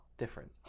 Different